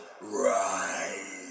rise